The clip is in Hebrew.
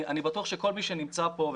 אני בטוח שכל מי שנמצא פה,